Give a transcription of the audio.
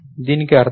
దీనికి అర్ధం ఏమిటి